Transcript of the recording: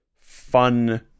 fun